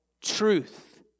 truth